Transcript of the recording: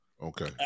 Okay